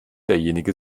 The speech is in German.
derjenige